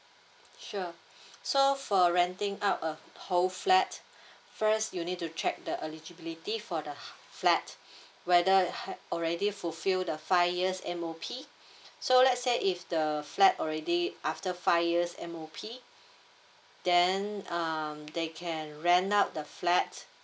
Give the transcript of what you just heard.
sure so for renting up a whole flat first you'll need to check the eligibility for the flat whether had already fulfill the five years M_O_P so let's say if the flat already after five years M_O_P then um they can rent out the flat